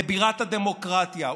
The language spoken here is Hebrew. לבירת הדמוקרטיה.